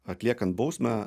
atliekant bausmę